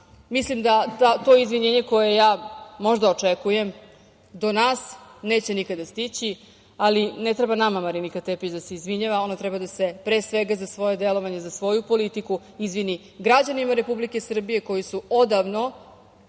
da to izvinjenje koje ja možda očekujem do nas neće nikada stići, ali ne treba nama Marinika Tepić da se izvinjava, ona treba da se pre svega sa svoje delovanje, za svoju politiku izvini građanima Republike Srbije koji su odavno